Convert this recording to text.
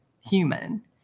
human